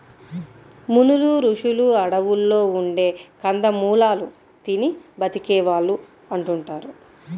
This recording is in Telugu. మునులు, రుషులు అడువుల్లో ఉండే కందమూలాలు తిని బతికే వాళ్ళు అంటుంటారు